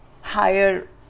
higher